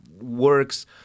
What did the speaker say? works